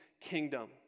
kingdom